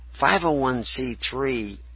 501c3